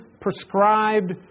prescribed